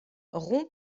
rond